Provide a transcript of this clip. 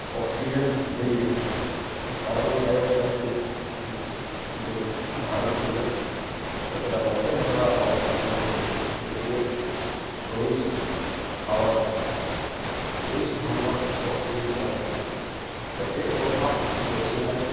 oxygen दैये तऽ carbon dioxide पेड़ जब धारण केलथि तेकरा बादे हमरा ऑक्सिजन अहाँके जे पेड़ छोड़ै छै हवाके तऽ ओइसँ हमरा ऑक्सिजन प्राप्त होइए तऽ पेड़ पौधा बचेनाइ